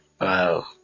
Wow